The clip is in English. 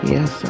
Yes